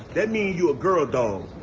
that means you a girl dog.